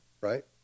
right